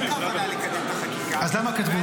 אין כוונה לקדם את החקיקה הזו -- אז למה כתבו?